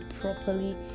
properly